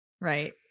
Right